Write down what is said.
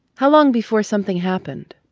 how long before something happened?